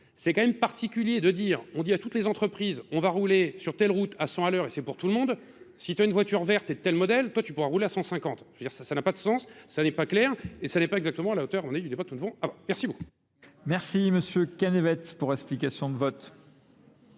C'est quand même particulier de dire, on dit à toutes les entreprises, on va rouler sur telle route à 100 à l'heure, et c'est pour tout le monde, si tu as une voiture verte et tel modèle, toi tu pourras rouler à 150. Ça n'a pas de sens, ça n'est pas clair, et ça n'est pas exactement à la hauteur où on a eu du débat de tout le monde avant. Merci beaucoup. Merci monsieur Cannevet pour l'explication de vote.